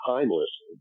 Timeless